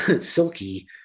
silky